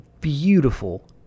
beautiful